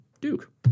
Duke